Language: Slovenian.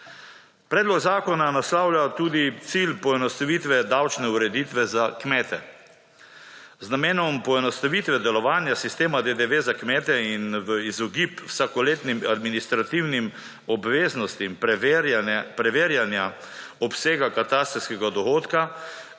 Predlog zakona naslavlja tudi cilj poenostavitve davčne ureditve za kmete. Z namenom poenostavitve delovanja sistema DDV za kmete in v izogib vsakoletnim administrativnim obveznostim preverjanja obsega katastrskega dohodka